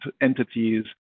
entities